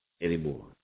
anymore